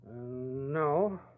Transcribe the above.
No